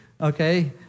okay